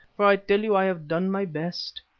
for i tell you i have done my best,